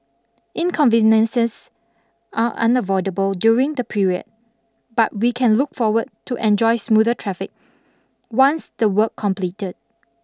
inconveniences are unavoidable during the period but we can look forward to enjoy smoother traffic once the work completed